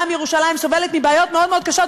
גם ירושלים סובלת מבעיות מאוד מאוד קשות,